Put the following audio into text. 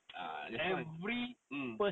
ah that's why mm